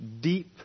deep